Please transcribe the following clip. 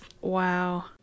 Wow